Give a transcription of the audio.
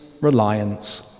reliance